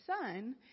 son